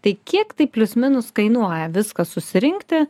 tai kiek tai plius minus kainuoja viską susirinkti